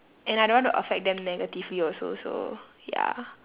and I don't wanna affect them negatively also so ya